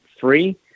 free